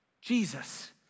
Jesus